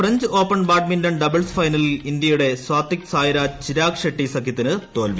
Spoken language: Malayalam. ഫ്രഞ്ച് ഓപ്പൺ ബാഡ്മിന്റൺ ഡബിൾസ് ഫൈനലിൽ ഇന്ത്യയുടെ സാത്വിക് സായ്രാജ് ചിരാഗ് ഷെട്ടി സഖ്യത്തിന് തോൽവി